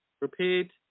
Repeat